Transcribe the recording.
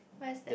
where is that